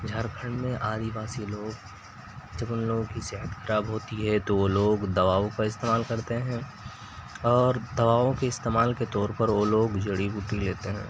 جھار کھنڈ میں آدی واسی لوگ جب ان لوگوں کی صحت خراب ہوتی ہے تو وہ لوگ دواؤں کا استعمال کرتے ہیں اور دواؤں کے استعمال کے طور پر وہ لوگ جڑی بوٹی لیتے ہیں